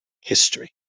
History